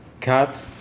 cut